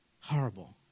Horrible